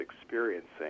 experiencing